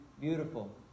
beautiful